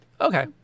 Okay